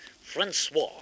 Francois